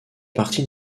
partie